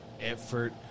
effort